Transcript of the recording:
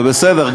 זה בסדר,